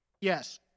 yes